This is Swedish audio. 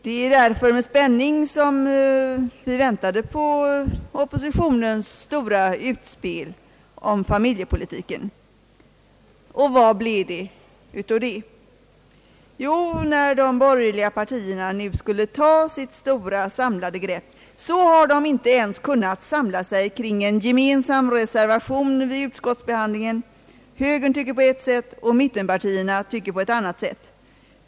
Det är därför med spänning som vi har väntat på oppositionens stora utspel om familjepolitiken. Vad blev det av det? Jo, när de borgerliga partierna nu skulle ta sitt stora samlade grepp, så har de inte ens kunnat samla sig kring en gemensam reservation vid <:utskottsbehandlingen. Högern tycker på ett sätt och mitten partierna tycker på ett annat sätt.